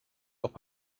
auch